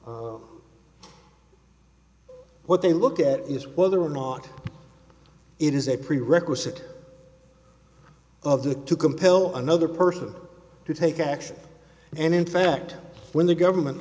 what they look at is whether or not it is a prerequisite of the to compel another person to take action and in fact when the government